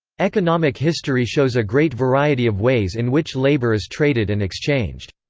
economic history shows a great variety of ways in which labour is traded and exchanged.